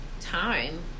time